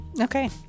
okay